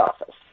office